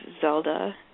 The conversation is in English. Zelda